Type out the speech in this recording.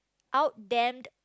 out dent